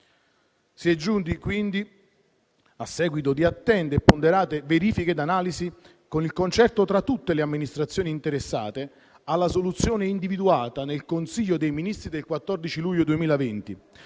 Si è giunti quindi, a seguito di attente e ponderate verifiche ed analisi, con il concerto tra tutte le amministrazioni interessate, alla soluzione individuata nel Consiglio dei ministri del 14 luglio 2020,